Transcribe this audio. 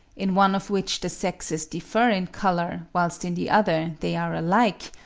in one of which the sexes differ in colour, whilst in the other they are alike,